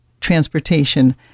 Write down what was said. transportation